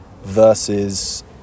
versus